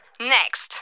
next